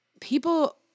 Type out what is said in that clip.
People